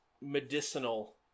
medicinal